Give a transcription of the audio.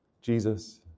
Jesus